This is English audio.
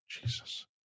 Jesus